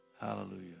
Hallelujah